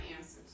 answers